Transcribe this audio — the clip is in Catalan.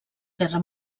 guerra